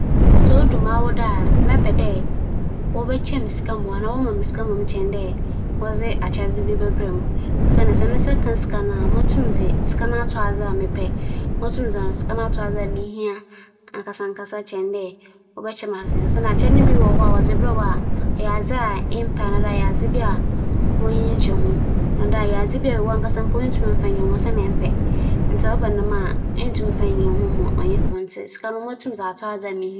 Sɛ miridzi m'awoda a m'enyi bɛgye dɛ wͻbɛma me sika kyen dɛ wͻbɛkyɛ me adze siantsir nye dɛ, sɛ me nya sika no a, adze a ͻwo dwen ho a etͻe bɛkyɛɛ me no, mobotum akͻ akͻtͻ bi na mbom ebia adze a edze bɛkyɛ me no, bi mpo a nna minnhia anaa munnhu adze a medze bɛyɛ mbom ema me sika no a, emi na minyim dza morohwehwɛ ntsi mobotum akͻtͻ dɛm akyɛdze no dze ama mo ho.